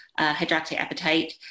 hydroxyapatite